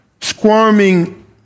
squirming